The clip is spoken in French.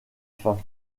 fin